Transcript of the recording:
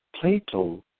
Plato